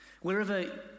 Wherever